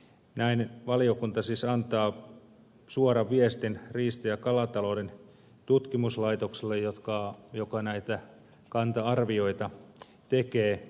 näin valiokunta siis antaa suoran viestin riista ja kalatalouden tutkimuslaitokselle joka näitä kanta arvioita tekee